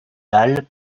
dalles